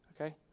Okay